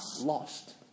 lost